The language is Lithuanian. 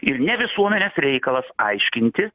ir ne visuomenės reikalas aiškinti